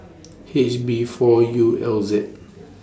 H B four U L Z